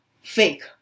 fake